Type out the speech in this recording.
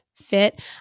Fit